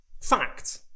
Fact